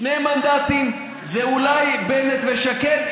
שני מנדטים זה אולי בנט ושקד,